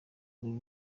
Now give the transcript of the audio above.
uru